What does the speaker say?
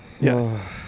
Yes